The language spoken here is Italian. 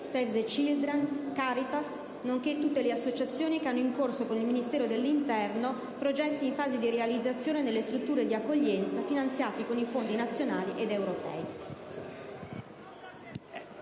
Save the children, della CARITAS, nonché tutte le associazioni che hanno in corso con il Ministero dell'interno progetti in fase di realizzazione nelle strutture di accoglienza finanziati con i fondi nazionali ed europei.